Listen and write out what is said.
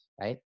right